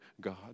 God